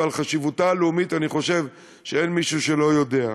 ועל חשיבותה הלאומית אני חושב שאין מישהו שלא יודע,